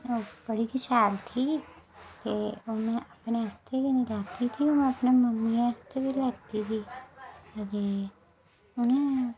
ओह् बड़ी गै शैल थी ते ओह् में अपने आस्तै गै निं लैती दी ओह् में अपनी मम्मियै आस्तै बी लैती दी ते उ'नें